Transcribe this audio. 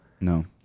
No